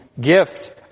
gift